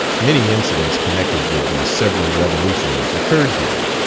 many incidents connected with the several revolutions occurred here,